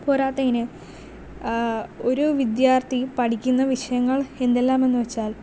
പോരാത്തതിന് ഒരു വിദ്യാർത്ഥി പഠിക്കുന്ന വിഷയങ്ങൾ എന്തെല്ലാമെന്ന് വെച്ചാൽ